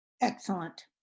Excellent